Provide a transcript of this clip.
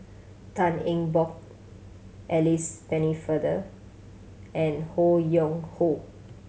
Tan Eng Bock Alice Pennefather and Ho Yuen Hoe